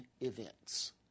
events